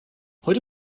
heute